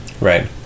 right